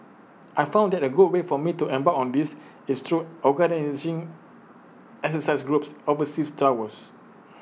I found out that A good way for me to embark on this is through organising exercise groups overseas tours